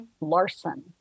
Larson